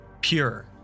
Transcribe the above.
pure